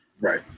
Right